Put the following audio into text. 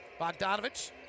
Bogdanovich